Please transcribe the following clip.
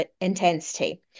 intensity